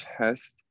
test